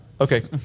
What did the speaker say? okay